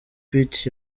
pitt